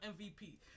MVP